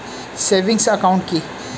Savings account কি?